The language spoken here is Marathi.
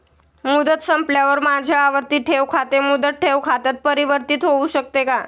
मुदत संपल्यावर माझे आवर्ती ठेव खाते मुदत ठेव खात्यात परिवर्तीत होऊ शकते का?